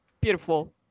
beautiful